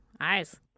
eyes